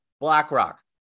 BlackRock